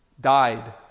died